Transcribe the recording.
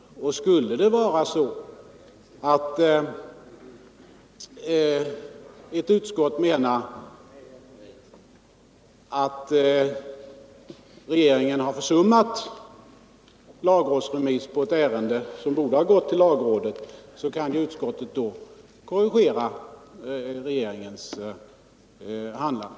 Skulle det emellertid vara så, att ett utskott menar att regeringen har försummat lagrådsremiss av ett ärende som borde ha gått till lagrådet, kan utskottet i efterhand korrigera regeringens handlande.